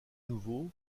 nouveau